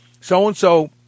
so-and-so